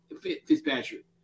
Fitzpatrick